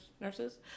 nurses